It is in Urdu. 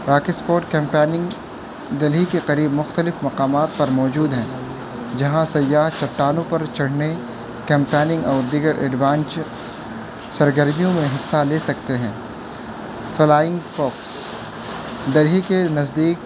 راک اسپوٹ کیمپیننگ دہلی کے قریب مختلف مقامات پر موجود ہیں جہاں سیاح چٹانوں پر چڑھنے کیمپیننگ اور دیگر ایڈوانچ سرگرمیوں میں حصہ لے سکتے ہیں فلائنگ فوکس دہلی کے نزدیک